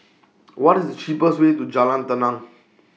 What IS The cheapest Way to Jalan Tenang